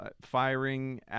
firing